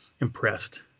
impressed